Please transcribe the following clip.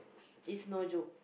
is no joke